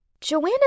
Joanna